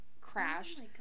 crashed